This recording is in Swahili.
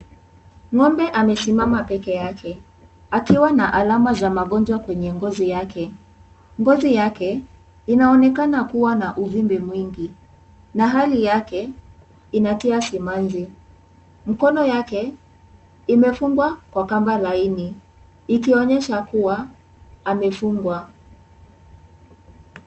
Ngombe amesimama peke yake. Akiwa na alama za magonjwa kwenye ngozi yake, ngozi yake inaonekana kuwa na uvimbe mwingi. Na hali yake inatia simanzi. Mkono yake imefungwa kwa kamba laini. Ikionyesha kuwa amefungwa.